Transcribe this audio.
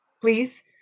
Please